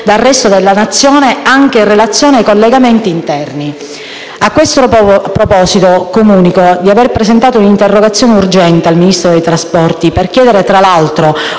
grazie